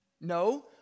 No